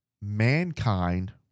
Mankind